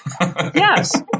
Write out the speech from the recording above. Yes